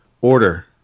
order